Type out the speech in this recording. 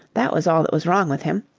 that was all that was wrong with him.